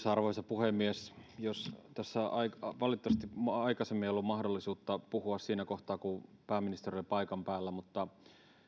arvoisa puhemies tässä valitettavasti aikaisemmin ei ollut mahdollisuutta puhua siinä kohtaa kun pääministeri oli paikan päällä mutta